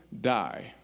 die